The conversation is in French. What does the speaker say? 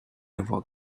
avoir